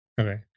Okay